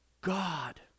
God